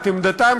את עמדתם,